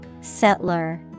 Settler